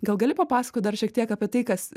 gal gali papasakot dar šiek tiek apie tai kas